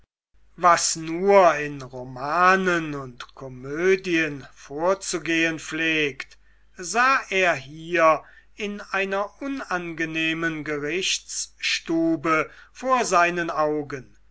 was nur in romanen und komödien vorzugehen pflegt sah er hier in einer unangenehmen gerichtsstube vor seinen augen